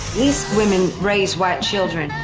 these women raise white children.